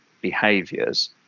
behaviors